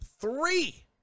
Three